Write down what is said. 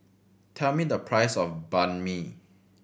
tell me the price of Banh Mi